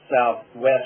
southwest